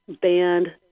banned –